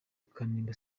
kanumba